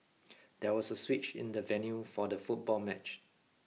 there was a switch in the venue for the football match